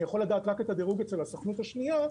אני יכול לדעת רק את הדירוג אצל הסוכנות השנייה,